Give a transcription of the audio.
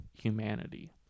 humanity